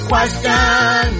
Question